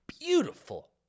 beautiful